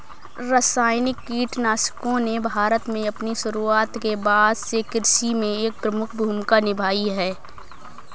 रासायनिक कीटनाशकों ने भारत में अपनी शुरूआत के बाद से कृषि में एक प्रमुख भूमिका निभाई हैं